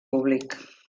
públic